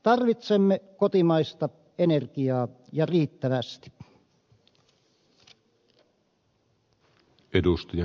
tarvitsemme kotimaista energiaa ja riittävästi